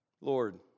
Lord